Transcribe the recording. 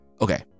Okay